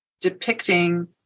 depicting